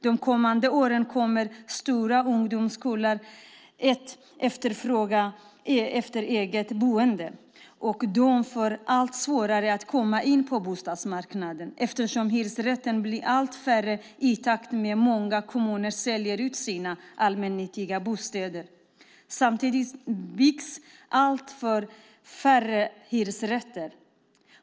De kommande åren kommer stora ungdomskullar att efterfråga eget boende, och de får allt svårare att komma in på bostadsmarknaden eftersom hyresrätterna blir allt färre i takt med att många kommuner säljer ut sina allmännyttiga bostäder. Samtidigt byggs alltför få hyresrätter.